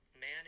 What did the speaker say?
man